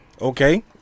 Okay